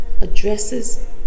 addresses